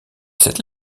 cette